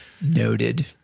Noted